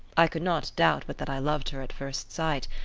i could not doubt but that i loved her at first sight,